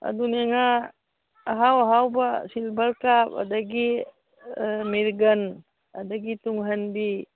ꯑꯗꯨꯅꯤ ꯉꯥ ꯑꯍꯥꯎ ꯑꯍꯥꯎꯕ ꯁꯤꯜꯕꯔ ꯀꯥꯐ ꯑꯗꯒꯤ ꯃꯤꯔꯒꯟ ꯑꯗꯒꯤ ꯇꯨꯡꯍꯟꯕꯤ